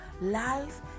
life